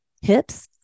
hips